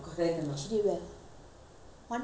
one two questions she don't know lah she really don't know